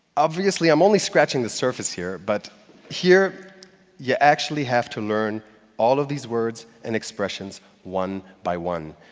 obviously i'm only scratching the surface here. but here you actually have to learn all of these words and expressions one by one.